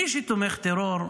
מי שתומך טרור,